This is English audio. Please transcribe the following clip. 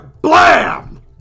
Blam